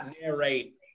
narrate